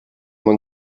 man